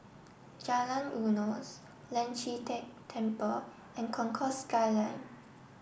Jalan Eunos Lian Chee Kek Temple and Concourse Skyline